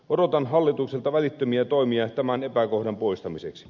odotan hallitukselta välittömiä toimia tämän epäkohdan poistamiseksi